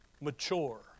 mature